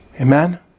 Amen